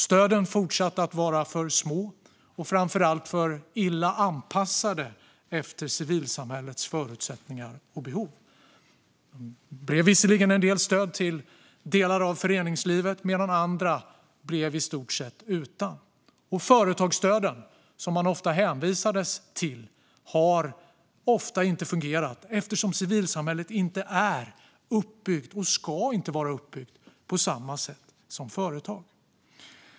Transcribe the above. Stöden fortsatte att vara för små, och framför allt för illa anpassade efter civilsamhällets förutsättningar och behov. Det blev visserligen en del stöd till delar av föreningslivet, medan andra i stort blev utan. Företagsstöden, som man ofta hänvisades till, har för det mesta inte fungerat eftersom civilsamhället inte är, och inte ska vara, uppbyggt på samma sätt som företag.